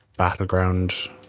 Battleground